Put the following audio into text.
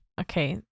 okay